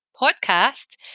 podcast